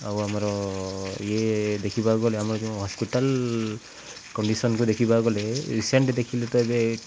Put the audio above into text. ଆଉ ଆମର ଇଏ ଦେଖିବାକୁ ଗଲେ ଆମର ଯେଉଁ ହସ୍ପିଟାଲ କଣ୍ଡିସନକୁ ଦେଖିବାକୁ ଗଲେ ରିସେଣ୍ଟ ଦେଖିଲେ ତ ଏବେ